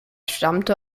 stammte